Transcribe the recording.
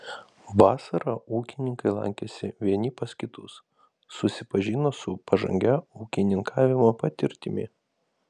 vasarą ūkininkai lankėsi vieni pas kitus susipažino su pažangia ūkininkavimo patirtimi